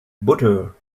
butter